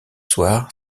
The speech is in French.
soir